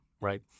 right